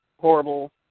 horrible